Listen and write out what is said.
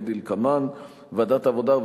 כדלקמן: ועדת העבודה,